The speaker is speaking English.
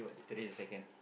today is second